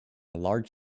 large